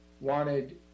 wanted